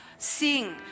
sing